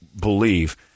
believe